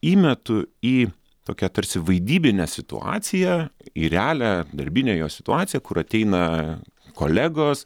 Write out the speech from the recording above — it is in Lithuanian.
įmetu į tokią tarsi vaidybinę situaciją į realią darbinę jo situaciją kur ateina kolegos